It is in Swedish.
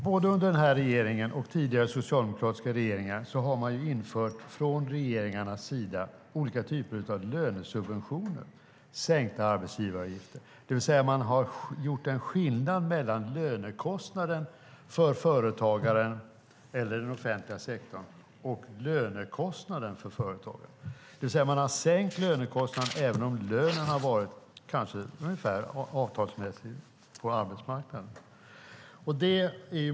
Både under nuvarande regering och under tidigare socialdemokratiska regeringar har man, Patrik Björck, från regeringarnas sida infört olika typer av lönesubventioner, sänkta arbetsgivaravgifter, det vill säga man har gjort skillnad mellan lönekostnaden för företagen, eller för den offentliga sektorn, och lönen. Man har alltså sänkt lönekostnaden samtidigt som lönen varit ungefär avtalsmässig.